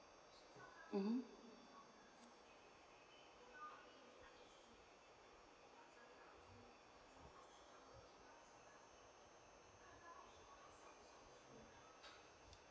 mmhmm